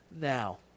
now